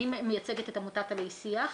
אני מייצגת את עמותת 'עלי שיח'.